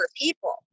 people